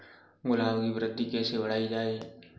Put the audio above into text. गुलाब की वृद्धि कैसे बढ़ाई जाए?